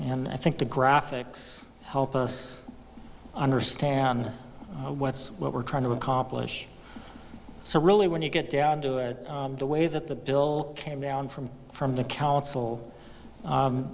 and i think the graphics help us understand what's what we're trying to accomplish so really when you get down to it the way that the bill came down from from the council